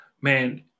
man